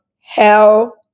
hell